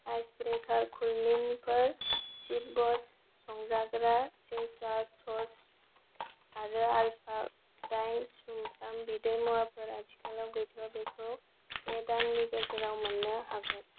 ice breaker कुलमिन्टफोर शेफब'स संजाग्रा चेजवान स'स आरो आल्फा दाइन सुमफ्राम बिदै मुवाफोरा आथिखालाव गैथ'आ बेखौ बे दाननि गेजेराव मोन्नो हागोन